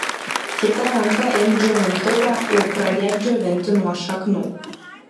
kita ranka imk džiovintuvą ir pradėk džiovinti nuo šaknų